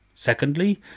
Secondly